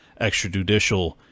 extrajudicial